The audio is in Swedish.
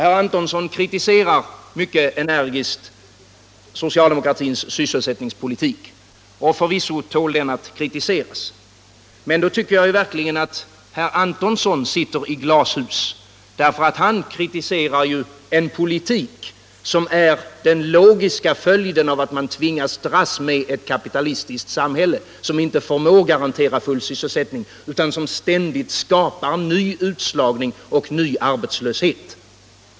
Han kritiserar mycket energiskt socialdemokratins sysselsättningspolitik. Och förvisso tål den att kritiseras! Men då tycker jag verkligen att herr Antonsson sitter i glashus, eftersom han kritiserar en politik som är den logiska följden av att vi tvingas att dras med ett kapitalistiskt samhälle, som inte förmår garantera full sysselsättning utan som ständigt skapar ny utslagning och ny arbetslöshet.